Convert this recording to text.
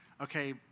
okay